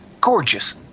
gorgeous